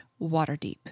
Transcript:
Waterdeep